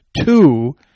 two